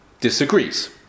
disagrees